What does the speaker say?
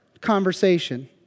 conversation